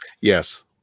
Yes